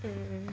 mm